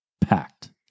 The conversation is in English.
packed